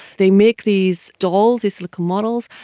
they make these dolls, these silicon models,